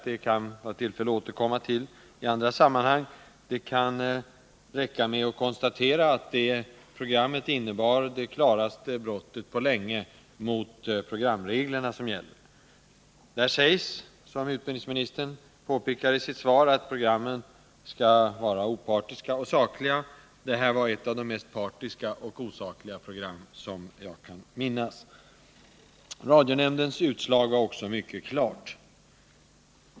Det kan bli tillfälle att återkomma till det i andra sammanhang. Det kan räcka med att konstatera att programmet innebar det klaraste brottet på länge mot de programregler som gäller. Där sägs, som utbildningsministern påpekar i sitt svar, att programmen skall vara opartiska och sakliga. Det här var ett av de mest partiska och osakliga program som jag kan minnas. Radionämndens utslag var också mycket klart.